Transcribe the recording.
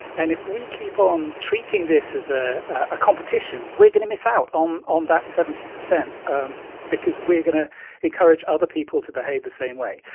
and if we keep on treating this as a ah competition, we're going to miss out on on that seventy percent um because we're going to encourage other people to behave the same way.